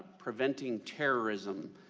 preventing terrorism,